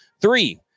three